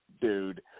Dude